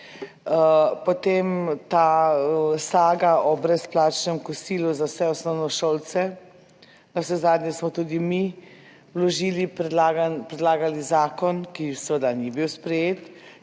Potem ta saga o brezplačnem kosilu za vse osnovnošolce. Navsezadnje smo tudi mi vložili predlagan, predlagali zakon, ki seveda ni bil sprejet,